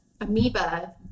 amoeba